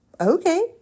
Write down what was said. Okay